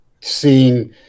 seeing